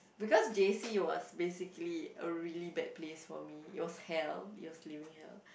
because J_C was basically a really bad place for me it was hell it was living hell